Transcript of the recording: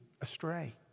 astray